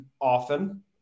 often